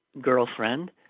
girlfriend